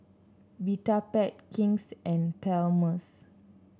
Vitapet King's and Palmer's